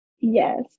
Yes